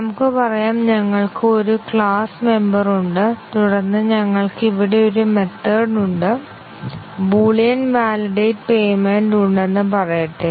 നമുക്ക് പറയാം ഞങ്ങൾക്ക് ഒരു ക്ലാസ് മെംബർ ഉണ്ട് തുടർന്ന് ഞങ്ങൾക്ക് ഇവിടെ ഒരു മെത്തേഡ് ഉണ്ട് ബൂലിയൻ വാലിഡേറ്റ് പേയ്മെന്റ് ഉണ്ടെന്ന് പറയട്ടെ